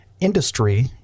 industry